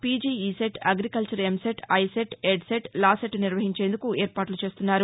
PG ECET agriculture EAMCET ICET EdCET LAWCET నిర్వహించేందుకు ఏర్పాట్ల చేస్తున్నారు